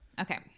Okay